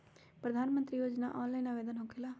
प्रधानमंत्री योजना ऑनलाइन आवेदन होकेला?